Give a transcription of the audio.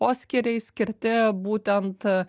poskyriai skirti būtent